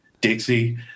Dixie